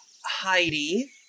Heidi